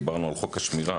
דיברנו על חוק השמירה.